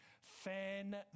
Fan